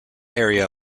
area